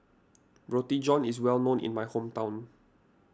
Roti John is well known in my hometown